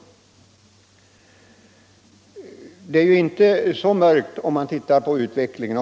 Läget är ju inte så mörkt, om man ser på utvecklingen.